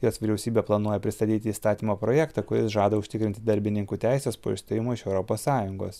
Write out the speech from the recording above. jos vyriausybė planuoja pristatyti įstatymo projektą kuris žada užtikrinti darbininkų teises po išstojimo iš europos sąjungos